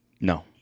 No